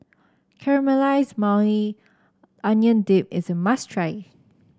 Caramelize Maui Onion Dip is a must try